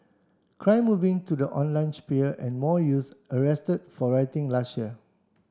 crime moving to the online sphere and more youths arrested for rioting last year